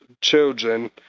children